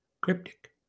cryptic